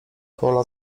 pola